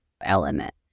element